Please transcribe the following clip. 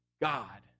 God